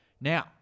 Now